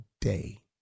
day